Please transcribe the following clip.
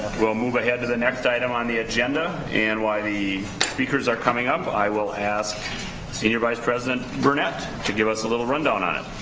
we'll move ahead to the next item on the agenda and while the speakers are coming up i will ask senior vice president burnett to give us a little rundown on it.